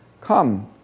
Come